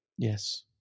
Yes